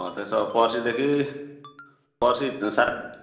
अँ त्यसो भए पर्सिदेखि पर्सि सात